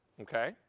okay?